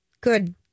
Good